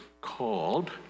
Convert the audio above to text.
called